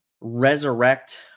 resurrect